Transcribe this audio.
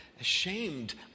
Ashamed